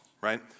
right